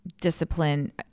Discipline